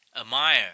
admire